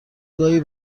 گاهی